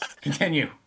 Continue